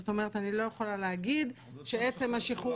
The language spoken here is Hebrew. זאת אומרת אני לא יכולה להגיד שעצם השחרור